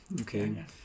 okay